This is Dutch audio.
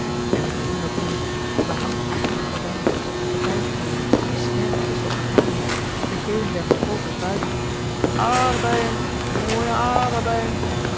en de kleuren binnen de behangsel en gordijn en tapijtkleuren snerpend als papegaaien de kelen der verkoopers buiten